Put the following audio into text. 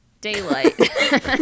Daylight